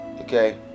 Okay